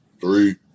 Three